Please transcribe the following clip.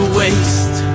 waste